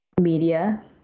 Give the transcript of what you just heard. media